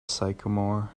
sycamore